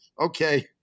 Okay